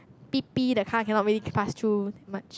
P P the car cannot really pass through that much